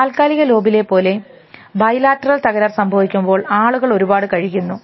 താൽക്കാലിക ലോബിലെ പോലെ ബൈലാറ്ററൽ തകരാർ സംഭവിക്കുമ്പോൾ ആളുകൾ ഒരുപാട് കഴിക്കുന്നു